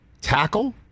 tackle